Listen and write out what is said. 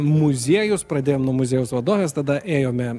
muziejus pradėjom nuo muziejaus vadovės tada ėjome